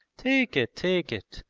take it, take it!